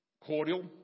cordial